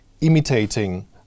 imitating